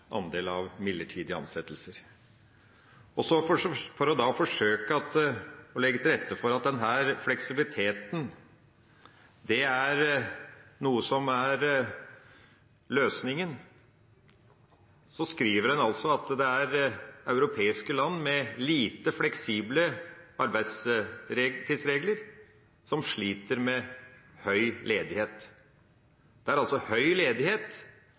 andel av midlertidige ansettelser. For å forsøke å legge til rette for at denne fleksibiliteten er noe som er løsningen, skriver en at det er europeiske land med lite fleksible arbeidstidsregler som sliter med høy ledighet. Det er altså høy ledighet